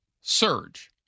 surge